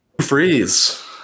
Freeze